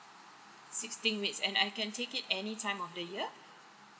sixteen weeks and I can take it any time of the year